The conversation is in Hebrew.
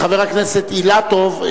של חבר הכנסת אילטוב,